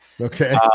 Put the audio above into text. Okay